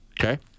Okay